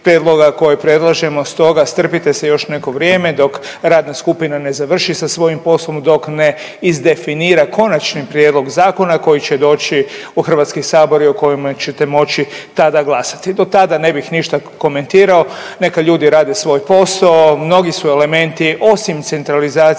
prijedloga koje predlažemo. Stoga strpite se još neko vrijeme dok radna skupina ne završi sa svojim poslom, dok ne izdefinira konačni prijedlog zakona koji će doći u Hrvatski sabor i o kojem ćete moći tada glasati. Do tada ne bih ništa komentirao, neka ljudi rade svoj posao. Mnogi su elementi osim centralizacije